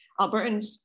Albertans